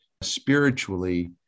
spiritually